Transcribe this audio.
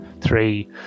three